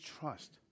trust